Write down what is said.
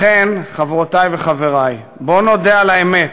לכן, חברותי וחברי, בואו נודה על האמת,